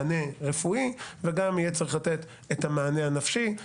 בה מענה רפואי; וגם יהיה צריך לתת את המענה הנפשי.